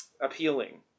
appealing